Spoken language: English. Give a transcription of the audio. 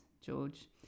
George